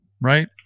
right